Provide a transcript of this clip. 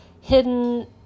hidden